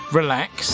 relax